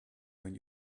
when